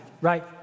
right